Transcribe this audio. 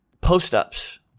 Post-ups